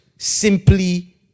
simply